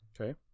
okay